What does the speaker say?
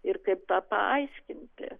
ir kaip tą paaiškinti